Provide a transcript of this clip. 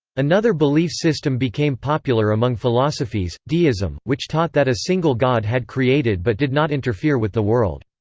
another belief system became popular among philosophes, deism, which taught that a single god had created but did not interfere with the world.